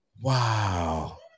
Wow